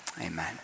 Amen